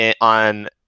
on